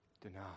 Deny